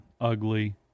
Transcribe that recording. Ugly